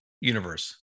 universe